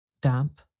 Damp